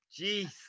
jeez